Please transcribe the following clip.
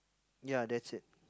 ya that's it